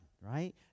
right